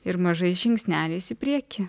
ir mažais žingsneliais į priekį